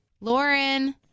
Lauren